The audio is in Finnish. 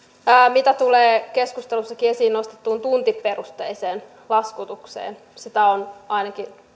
mitä tulee keskustelussakin esiin nostettuun tuntiperusteiseen laskutukseen sitä on ainakin